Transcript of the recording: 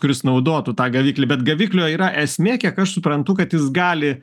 kuris naudotų tą gaviklį bet gaviklio yra esmė kiek aš suprantu kad jis gali